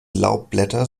laubblätter